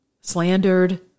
slandered